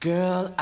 Girl